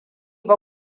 ba